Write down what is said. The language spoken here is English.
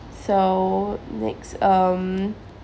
so next um